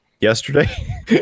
yesterday